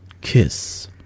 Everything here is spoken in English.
Kiss